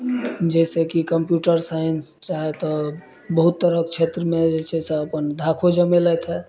जाहि सऽ कि कम्प्यूटर साइन्स चाहे तऽ बहुत तरहक क्षेत्रमे जे छै से अपन धाको जमेलथि हँ